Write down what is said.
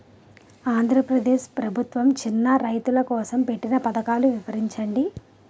ఆంధ్రప్రదేశ్ ప్రభుత్వ చిన్నా రైతుల కోసం పెట్టిన పథకాలు వివరించండి?